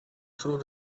through